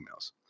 emails